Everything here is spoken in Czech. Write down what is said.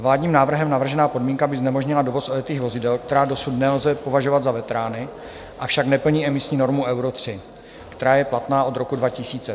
Vládním návrhem navržená podmínka by znemožnila dovoz ojetých vozidel, která dosud nelze považovat za veterány, avšak neplní emisní normu Euro 3, která je platná od roku 2000.